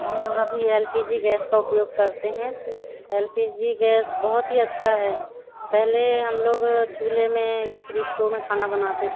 हम लोग अभी एल पी जी गैस का उपयोग करते हैं एल पी जी गैस बहुत ही अच्छा है पहले हम लोग चूल्हे में या फिर स्टोव में खाना बनाते थे